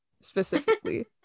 specifically